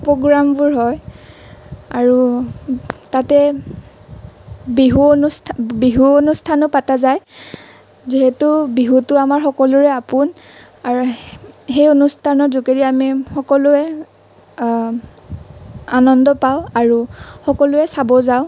প্ৰগ্ৰামবোৰ হয় আৰু তাতে বিহু অনুষ্ঠা বিহু অনুষ্ঠানো পাতা যায় যিহেতু বিহুতো আমাৰ সকলোৰে আপোন আৰু সে সেই অনুষ্ঠানৰ যোগেৰে আমি সকলোৱে আনন্দ পাওঁ আৰু সকলোৱে চাব যাওঁ